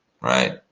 right